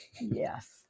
Yes